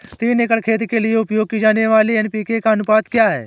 तीन एकड़ खेत के लिए उपयोग की जाने वाली एन.पी.के का अनुपात क्या है?